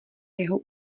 jeho